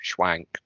schwank